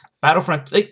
battlefront